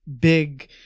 big